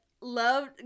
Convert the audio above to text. loved